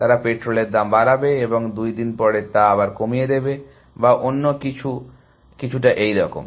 তারা পেট্রোলের দাম বাড়াবে এবং দুই দিন পরে তা আবার কমিয়ে দেবে বা অন্য কিছু কিছুটা এরকম